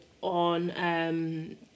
on